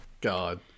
God